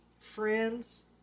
friends